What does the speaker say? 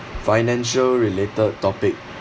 financial related topic